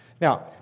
Now